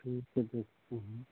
ठीक है देखते हैं